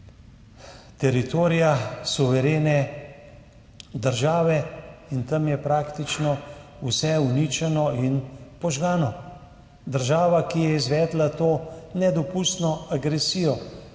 teritorija suverene države in tam je praktično vse uničeno in požgano. Država, ki je izvedla to nedopustno agresijo,